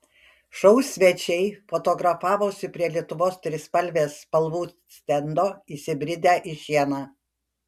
šou svečiai fotografavosi prie lietuvos trispalvės spalvų stendo įsibridę į šieną